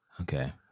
Okay